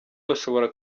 bashobora